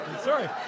sorry